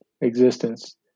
existence